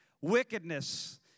wickedness